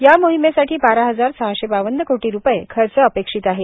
या मोहिमेसाठी बारा हजार सहाशे बावन्न कोटी रुपये खर्च अपेक्षित आहे